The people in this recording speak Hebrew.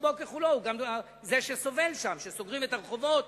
רובו ככולו הוא גם זה שסובל שם שסוגרים את הרחובות,